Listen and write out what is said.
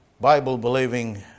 Bible-believing